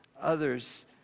others